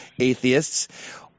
atheists